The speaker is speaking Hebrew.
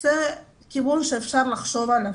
זה כיוון שאפשר לחשוב עליו,